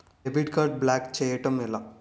Debit card block చేయటం ఎలా?